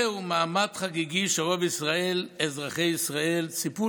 זהו מעמד חגיגי שרוב אזרחי ישראל ציפו